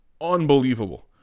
unbelievable